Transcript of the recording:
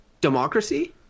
democracy